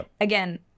Again